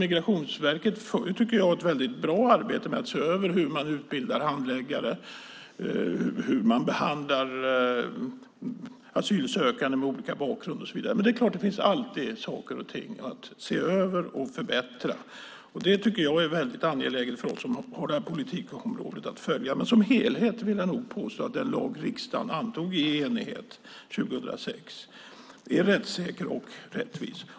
Jag tycker att Migrationsverket gör ett väldigt bra arbete med att se över hur man utbildar handläggare, hur man behandlar asylsökande med olika bakgrund och så vidare, men det finns alltid saker och ting att se över och förbättra. Jag tycker att det är väldigt angeläget för oss som arbetar inom det här politikområdet att följa detta, men som helhet vill jag nog påstå att den lag som riksdagen antog i enighet 2006 är rättssäker och rättvis.